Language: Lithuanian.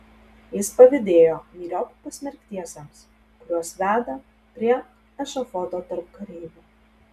jis pavydėjo myriop pasmerktiesiems kuriuos veda prie ešafoto tarp kareivių